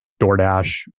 DoorDash